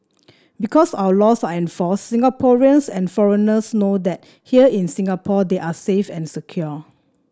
because our laws are enforced Singaporeans and foreigners know that here in Singapore they are safe and secure